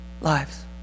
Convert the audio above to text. lives